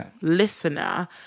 listener